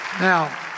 now